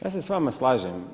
Ja se s vama slažem.